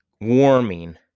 warming